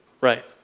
right